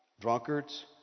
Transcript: drunkards